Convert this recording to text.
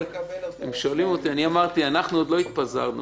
הם שואלים אותי, אני אמרתי: אנחנו עוד לא התפזרנו.